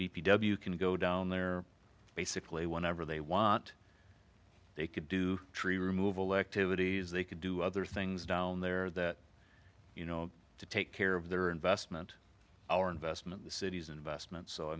sewer can go down there basically whenever they want they could do tree removal activities they could do other things down there that you know to take care of their investment our investment the city's investment so i